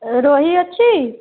ରୋହି ଅଛି